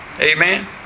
Amen